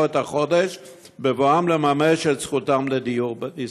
את החודש בבואם לממש את זכותם לדיור בישראל?